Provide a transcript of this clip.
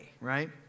right